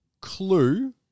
Clue